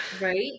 right